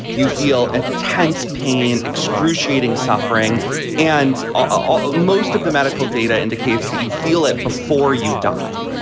you feel and intense pain, excruciating suffering and all most of the medical data indicates that you feel it before you die.